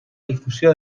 difusió